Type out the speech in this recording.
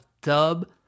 dub